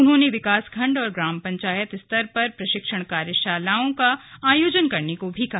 उन्होंने विकास खण्ड और ग्राम पंचायत स्तर पर प्रशिक्षण कार्यशालाओं का आयोजन करने को भी कहा